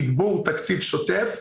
תגבור תקציב שוטף,